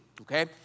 Okay